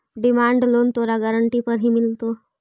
demand loan तोरा guarantee पर ही मिलतो